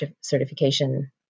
certification